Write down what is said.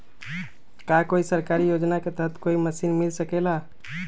का कोई सरकारी योजना के तहत कोई मशीन मिल सकेला?